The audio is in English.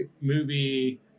movie